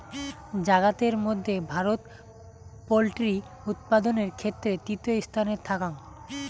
জাগাতের মধ্যে ভারত পোল্ট্রি উৎপাদানের ক্ষেত্রে তৃতীয় স্থানে থাকাং